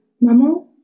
Maman